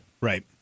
Right